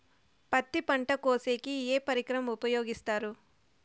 పత్తి పంట కోసేకి ఏ పరికరం ఉపయోగిస్తారు?